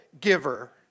giver